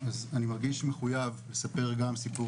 זה מרגש אותי מירב שגם את הבאת את אירוע הקיצון